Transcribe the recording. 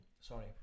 sorry